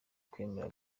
kwemera